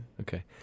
okay